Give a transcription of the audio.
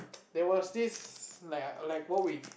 there was this like like what we